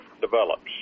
develops